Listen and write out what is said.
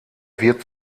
wird